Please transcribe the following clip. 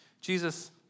Jesus